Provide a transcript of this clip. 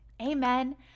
Amen